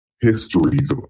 histories